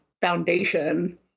foundation